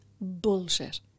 bullshit